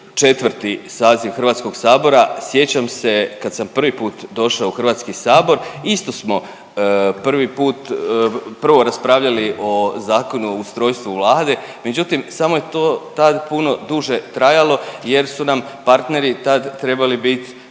4. saziv HS-a sjećam se kad sam prvi put došao u HS isto smo prvi put, prvo raspravljali o Zakonu o ustrojstvu Vlade, međutim samo je to tad puno duže trajalo jer su nam partneri tad trebali bit